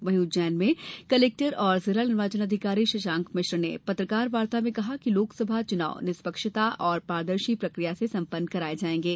वहीं उज्जैन में कलेक्टर और जिला निर्वाचन अधिकारी शशांक मिश्र ने पत्रकार वार्ता में कहा कि लोकसभा चुनाव निष्पक्षता और पारदर्शी प्रक्रिया से संपन्न कराये जायेंगे